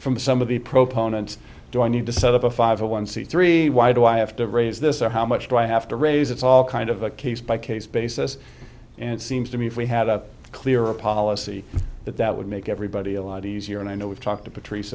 from some of the pro ponens do i need to set up a five hundred one c three why do i have to raise this or how much do i have to raise it's all kind of a case by case basis and seems to me if we had a clear a policy that that would make everybody a lot easier and i know we've talked to patrice